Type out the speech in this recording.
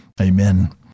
Amen